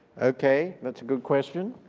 okay, that's a good question.